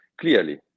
Clearly